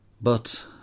But